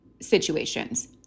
situations